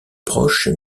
proche